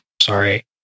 Sorry